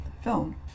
film